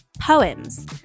poems